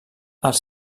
els